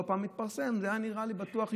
לא פעם זה מתפרסם: "זה היה נראה לי בטוח יהודי".